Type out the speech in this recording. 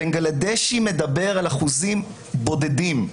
הבנגלדשי מדבר על אחוזים בודדים.